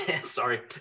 sorry